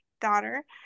daughter